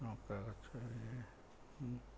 ଲଙ୍କା ଗଛ